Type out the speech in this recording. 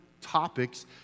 topics